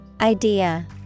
Idea